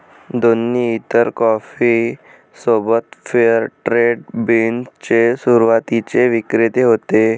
दोन्ही इतर कॉफी सोबत फेअर ट्रेड बीन्स चे सुरुवातीचे विक्रेते होते